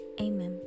Amen